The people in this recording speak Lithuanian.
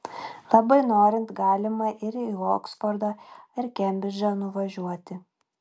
labai norint galima ir į oksfordą ar kembridžą nuvažiuoti